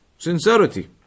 Sincerity